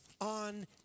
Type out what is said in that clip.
on